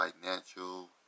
financial